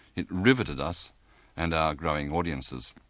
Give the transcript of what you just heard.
it riveted us and our growing audiences.